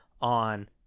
on